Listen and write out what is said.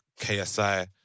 KSI